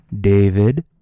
David